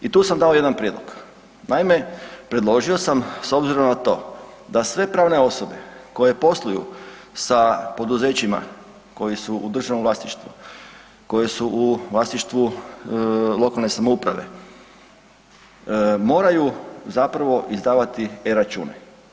I tu sam dao jedan prijedlog, naime predložio sam s obzirom na to da sve pravne osobe koje posluju sa poduzećima koji su u državnom vlasništvu, koji su u vlasništvu lokalne samouprave moraju zapravo izdavati eRačune.